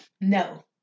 No